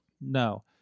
No